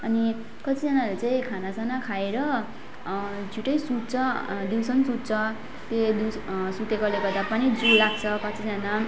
अनि कतिजनाहरूले चाहिँ खानासाना खाएर छिटै सुत्छ दिउँसो पनि सुत्छ त्यो दिउँसो सुतेकोले गर्दा पनि जिउ लाग्छ कतिजना